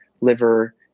liver